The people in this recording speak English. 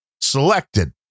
selected